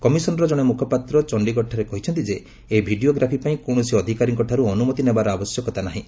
କମିଶନ୍ର ଜଣେ ମୁଖପାତ୍ର ଚଣ୍ଡିଗଡ଼ଠାରେ କହିଛନ୍ତି ଯେ ଏହି ଭିଡ଼ିଓ ଗ୍ରାଫି ପାଇଁ କୌଣସି ଅଧିକାରୀଙ୍କଠାରୁ ଅନୁମତି ନେବାର ଆବଶ୍ୟକତା ନାହିଁ